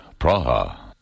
Praha